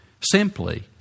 simply